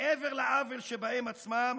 מעבר לעוול שבהם עצמם,